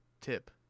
tip